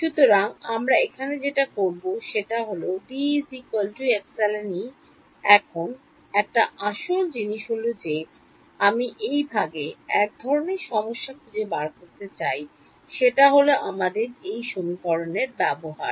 সুতরাং আমরা এখানে যেটা করবো সেটা হলো এখন একটা আসল জিনিস হল যে আমি এই ভাগে এক ধরনের সমস্যা খুঁজে বার করতে চাই সেটা হল আমাদের এই সমীকরণ এর ব্যবহার